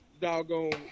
doggone